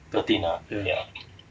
thirteen ah ya